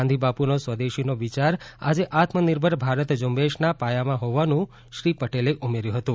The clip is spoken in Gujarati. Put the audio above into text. ગાંધી બાપુનો સ્વદેશીનો વિચાર આજે આત્મનિર્ભર ભારત ઝુંબેશના પાયામાં હોવાનું પણ શ્રી પટેલે ઉમેર્યું હતું